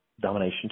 Domination